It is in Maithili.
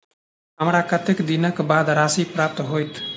हमरा कत्तेक दिनक बाद राशि प्राप्त होइत?